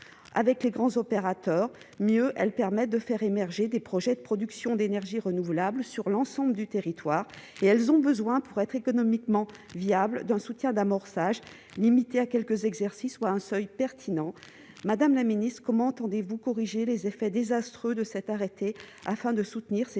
avec les grands opérateurs mieux, elle permet de faire émerger des projets de production d'énergie renouvelable, sur l'ensemble du territoire et elles ont besoin pour être économiquement viable d'un soutien d'amorçage limité à quelques exercices soit un seuil pertinent, Madame la Ministre, comment entendez-vous corriger les effets désastreux de cet arrêté afin de soutenir ces initiatives